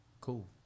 Cool